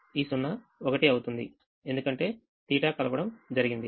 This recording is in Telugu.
ఈ 0 ఒకటి అవుతుంది ఎందుకంటే θకలవడం జరిగింది